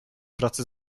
pracy